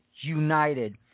United